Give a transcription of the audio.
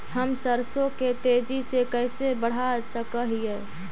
हम सरसों के तेजी से कैसे बढ़ा सक हिय?